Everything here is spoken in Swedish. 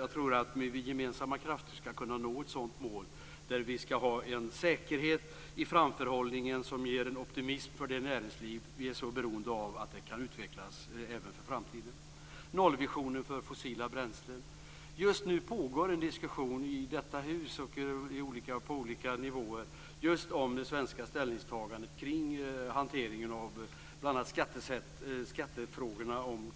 Vi ska med gemensamma krafter kunna nå ett sådant mål, där det ska vara en säkerhet i framförhållningen som ger optimism för det näringsliv vi är så beroende av ska utvecklas för framtiden. Sedan var det nollvisionen för fossila bränslen. Just nu pågår en diskussion på olika nivåer i detta hus om det svenska ställningstagande kring hanteringen av skattefrågorna och